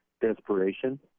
desperation